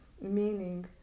meaning